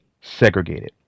segregated